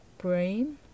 brain